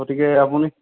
গতিকে আপুনি